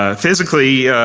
ah physically,